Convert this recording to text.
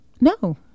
No